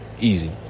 Easy